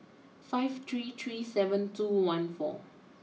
five three three seven two one four